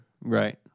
right